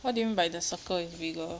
what do you mean by the circle is bigger